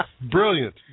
brilliant